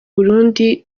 burundi